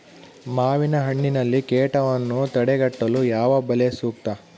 ಮಾವಿನಹಣ್ಣಿನಲ್ಲಿ ಕೇಟವನ್ನು ತಡೆಗಟ್ಟಲು ಯಾವ ಬಲೆ ಸೂಕ್ತ?